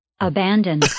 Abandon